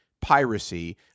piracy